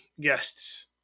guests